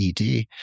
ed